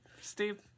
Steve